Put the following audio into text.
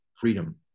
freedom